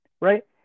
right